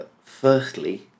firstly